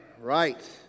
Right